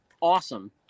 awesome